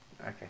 Okay